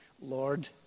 Lord